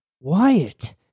Wyatt